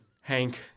Hank